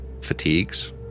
fatigues